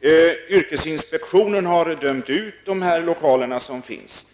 gjort, som jag tidigare nämnde. Yrkesinspektionen har dömt ut de lokaler som finns.